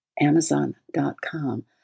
Amazon.com